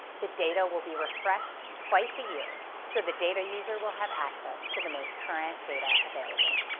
the data will be refreshed twice a year, so the data user will have access to the most current data available.